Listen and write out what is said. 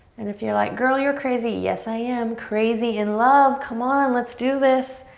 and if you're like girl, you're crazy. yes, i am. crazy in love, come on, let's do this.